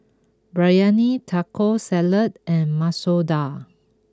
Biryani Taco Salad and Masoor Dal